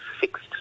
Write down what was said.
fixed